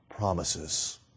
promises